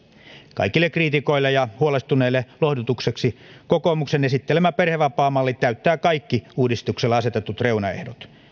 kaikille kriitikoille ja huolestuneille lohdutukseksi kokoomuksen esittelemä perhevapaamalli täyttää kaikki uudistukselle asetetut reunaehdot